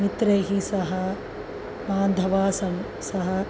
मित्रैः सह बान्धवैः सह सह